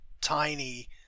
tiny